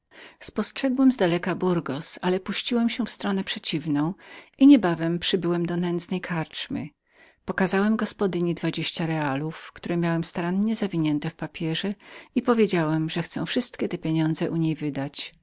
spostrzegłem zdaleka burgos ale puściłem się przeciwną drogą i niebawem przybyłem do nędznej karczmy pokazałem gospodyni małą sztukę monety którą oddawna już miałem zawiniętą w papierze i powiedziałem że chciałem od razu całą u niej wydać